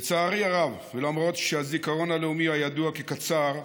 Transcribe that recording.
לצערי הרב, ולמרות שהזיכרון הלאומי הידוע כקצר,